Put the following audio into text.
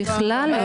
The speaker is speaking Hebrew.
בכלל לא.